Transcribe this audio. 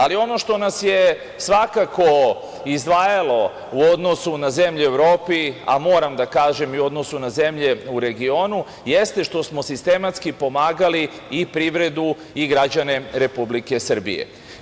Ali ono što nas je svakako izdvajalo u odnosu na zemlje u Evropi, a moram da kažem i u odnosu na zemlje u regionu jeste što smo sistematski pomagali i privredu i građane Republike Srbije.